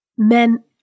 Men